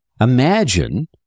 Imagine